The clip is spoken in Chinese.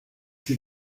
赛季